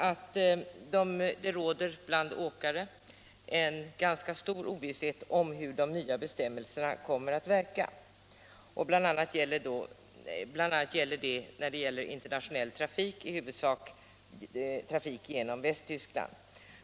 Det råder nämligen bland åkare en ganska stor ovisshet om hur de nya bestämmelserna kommer att verka bl.a. i internationell trafik, i huvudsak trafik genom Västtyskland.